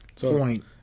Point